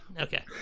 Okay